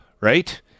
Right